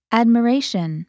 admiration